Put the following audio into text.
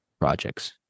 projects